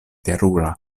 terura